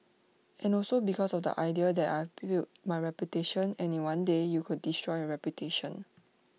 and also because of the idea that I've built my reputation and in one day you could destroy your reputation